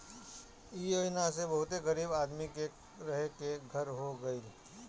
इ योजना से बहुते गरीब आदमी के रहे के घर हो गइल